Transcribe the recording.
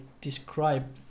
describe